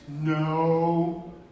No